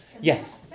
Yes